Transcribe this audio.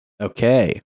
Okay